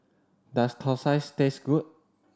does thosai taste good